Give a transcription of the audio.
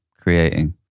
creating